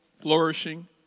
flourishing